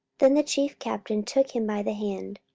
then the chief captain took him by the hand,